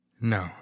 No